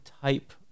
type